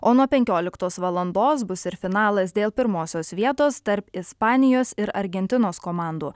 o nuo penkioliktos valandos bus ir finalas dėl pirmosios vietos tarp ispanijos ir argentinos komandų